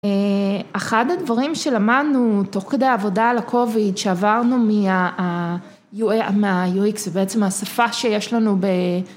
אחד הדברים שלמדנו תוך כדי העבודה על ה-COVID שעברנו מה-UX, זה בעצם השפה שיש לנו ב...